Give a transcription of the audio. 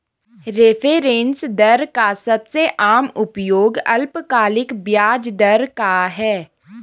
reference दर का सबसे आम उपयोग अल्पकालिक ब्याज दर का है